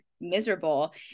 miserable